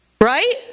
Right